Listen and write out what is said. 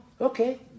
okay